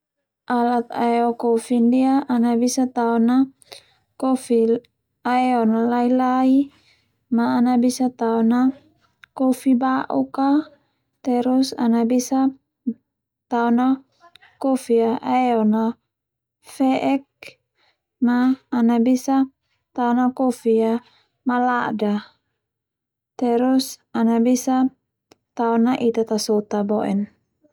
Alat aeo kofi ndia ana bisa tao na kofi aeon lai-lai ma ana bisa tao na kofi bauk a terus ana bisa tao na kofi aeon na fe'ek ma ana bisa tao ana bisa tao na kofi malada terus ana Tao na Ita ta sota boe'n.